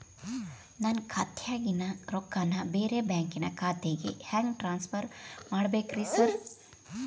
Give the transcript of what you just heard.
ನನ್ನ ಖಾತ್ಯಾಗಿನ ರೊಕ್ಕಾನ ಬ್ಯಾರೆ ಬ್ಯಾಂಕಿನ ಖಾತೆಗೆ ಹೆಂಗ್ ಟ್ರಾನ್ಸ್ ಪರ್ ಮಾಡ್ಬೇಕ್ರಿ ಸಾರ್?